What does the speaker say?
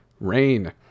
rain